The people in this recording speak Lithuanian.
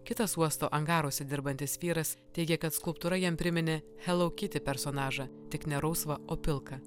kitas uosto angaruose dirbantis vyras teigia kad skulptūra jam priminė hello kitty personažą tik ne rausvą o pilką